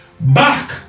back